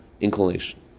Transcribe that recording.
inclination